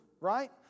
right